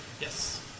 Yes